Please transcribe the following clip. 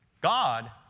God